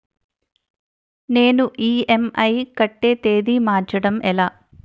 నేను ఇ.ఎం.ఐ కట్టే తేదీ మార్చడం ఎలా?